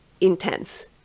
intense